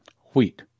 wheat